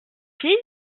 fille